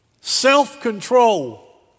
Self-control